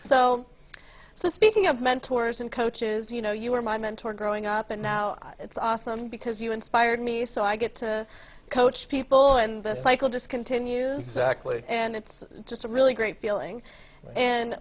the speaking of mentors and coaches you know you were my mentor growing up and now it's awesome because you inspired me so i get to coach people and the cycle discontinued exactly and it's just a really great feeling and